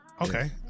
Okay